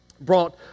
brought